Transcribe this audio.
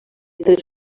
tres